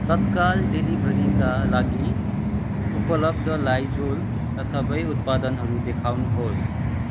तत्काल डेलिभरीका लागि उपलब्ध लाइजोलका सबै उत्पादनहरू देखाउनुहोस्